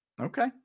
Okay